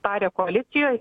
aptarę koalicijoj